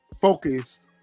focused